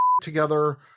together